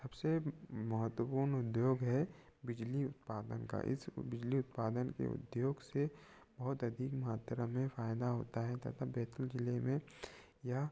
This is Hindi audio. सबसे महत्वपूर्ण उद्योग है बिजली उत्पादन का इस बिजली उत्पादन के उद्योग से बहुत अधिक मात्रा में फ़ायदा होता है तथा बैतूल ज़िले में यह